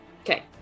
Okay